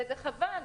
וזה חבל,